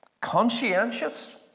conscientious